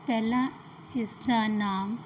ਪਹਿਲਾਂ ਇਸਦਾ ਨਾਮ